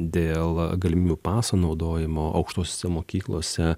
dėl galimybių paso naudojimo aukštosiose mokyklose